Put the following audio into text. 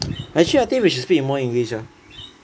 actually I think we should speak more english ah